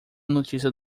notícia